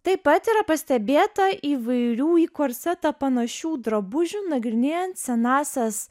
taip pat yra pastebėta įvairių į korsetą panašių drabužių nagrinėjant senąsias